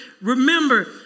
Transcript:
remember